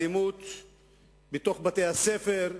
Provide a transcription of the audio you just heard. אלימות בבתי-הספר,